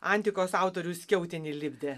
antikos autorių skiautinį lipdė